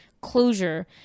closure